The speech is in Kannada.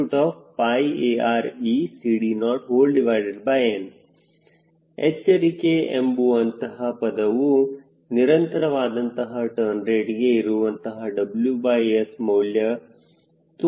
WSqAReCD0n ಎಚ್ಚರಿಕೆ ಎಂಬುವಂತಹ ಪದವು ನಿರಂತರವಾದಂತಹ ಟರ್ನ್ ರೇಟ್ ಗೆ ಇರುವಂತಹ WS ಮೌಲ್ಯಕ್ಕೆ ತುಂಬಾ ಕಡಿಮೆ ಪ್ರಮಾಣದಲ್ಲಿ ಇರುತ್ತದೆ